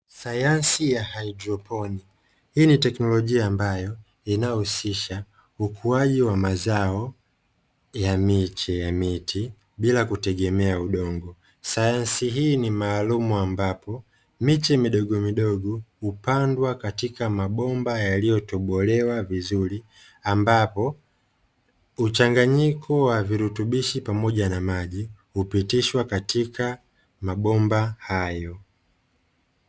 Sayansi ya haidroponi; hii ni teknolojia ambayo inayohusisha ukuaji wa mazao ya miche ya miti, bila kutegemea udongo. Sayansi hii ni maalumu ambapo miche midogomidogo hupandwa katika mabomba yaliyotobolewa vizuri, ambapo mchanganyiko wa virutubishi pamoja na maji, hupitishwa katika mabomba hayo.